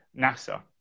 NASA